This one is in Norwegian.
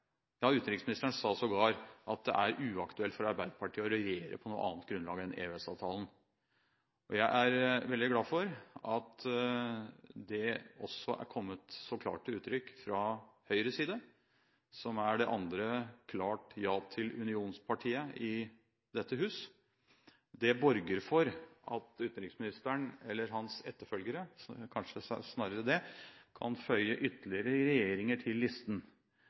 Utenriksministeren sa sågar at det er uaktuelt for Arbeiderpartiet å regjere på noe annet grunnlag enn EØS-avtalen. Jeg er veldig glad for at dette også er kommet så klart til uttrykk fra Høyres side, som er det andre klart ja til EU-partiet i dette hus. Det borger for at utenriksministeren – eller kanskje snarere hans etterfølgere – kan føye ytterligere regjeringer til listen